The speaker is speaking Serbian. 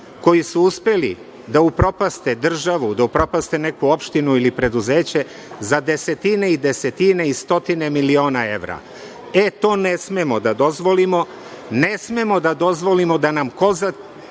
koji su uspeli da upropaste državu, da upropaste neku opštinu ili preduzeće za desetine i desetine i stotine miliona evra. To ne smemo da dozvolimo, ne smemo da dozvolimo da nam koza